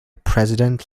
president